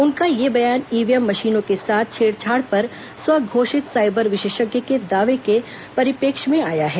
उनका यह बयान ईवीएम मशीनों के साथ छेड़छाड़ पर स्वघोषित साईबर विशेषज्ञ के दावे के परिपेक्ष्य में आया है